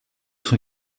cent